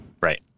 Right